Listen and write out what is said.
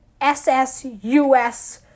SSUS